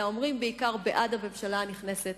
אלא אומרים בעיקר בעד הממשלה הנכנסת,